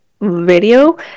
video